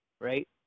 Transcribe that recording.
right